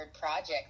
project